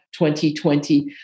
2020